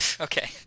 Okay